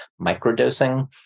microdosing